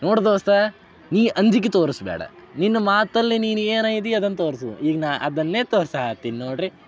ನೋಡು ದೋಸ್ತಾ ನೀ ಅಂಜಿಕೆ ತೋರಿಸ್ ಬೇಡ ನಿನ್ನ ಮಾತಲ್ಲೇ ನೀನು ಏನು ಇದ್ದಿ ಅದನ್ನ ತೋರಿಸು ಈಗ ನಾನು ಅದನ್ನೇ ತೋರ್ಸೋ ಹತ್ತೀನಿ ನೋಡಿರಿ